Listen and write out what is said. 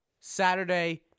Saturday